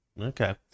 Okay